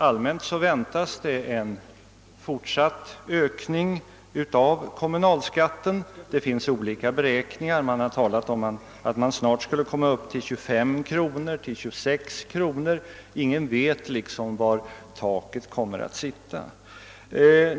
Allmänt väntas ju en fortsatt ökning av kommunalskatten. Det finns olika beräkningar; man har talat om att skatten snart skulle komma upp till 25 eller 26 kr. Ingen vet liksom var taket kommer att ligga.